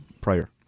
prior